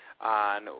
on